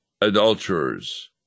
adulterers